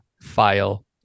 file